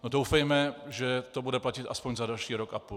No doufejme, že to bude platit aspoň za další rok a půl.